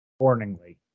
accordingly